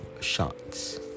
shots